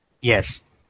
yes